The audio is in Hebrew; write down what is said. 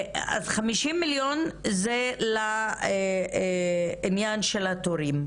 50 מיליון זה לעניין של התורים.